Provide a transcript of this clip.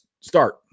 start